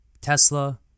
Tesla